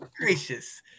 Gracious